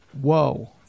whoa